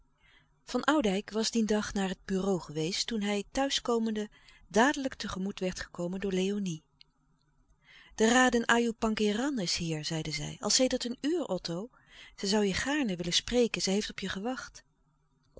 van oudijck was dien dag naar het bureau geweest toen hij thuiskomende dadelijk tegemoet werd gekomen door léonie de raden ajoe pangéran is hier zeide zij al sedert een uur otto zij zoû je gaarne willen spreken zij heeft op je gewacht